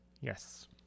Yes